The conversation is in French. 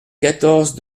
quatorze